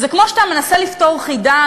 זה כמו שאתה מנסה לפתור חידה,